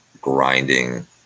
grinding